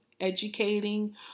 educating